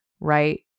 right